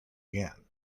again